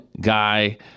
guy